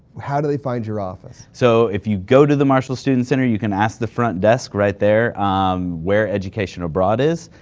how do they find your office? so if you go to the marshall student center, you can ask the front desk right there ah where education abroad is.